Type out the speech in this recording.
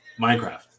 minecraft